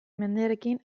mendearekin